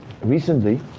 recently